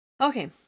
Okay